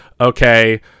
okay